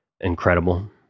Incredible